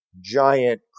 giant